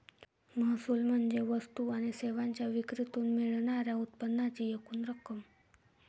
महसूल म्हणजे वस्तू आणि सेवांच्या विक्रीतून मिळणार्या उत्पन्नाची एकूण रक्कम